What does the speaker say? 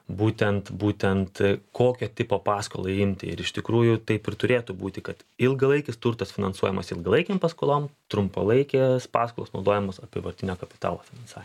būtent būtent kokio tipo paskolą imti ir iš tikrųjų taip ir turėtų būti kad ilgalaikis turtas finansuojamas ilgalaikėms paskoloms trumpalaikės paskolos naudojamos apyvartiniam kapitalui finansavimui